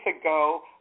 ago